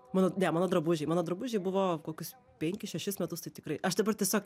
mano ne mano drabužiai mano drabužiai buvo kokius penkis šešis metus tai tikrai aš dabar tiesiog